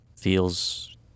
feels